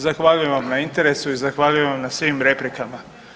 Zahvaljujem vam na interesu i zahvaljujem vam na svim replikama.